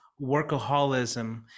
workaholism